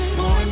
More